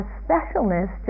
specialness